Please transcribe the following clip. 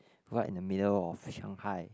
right in the middle of Shanghai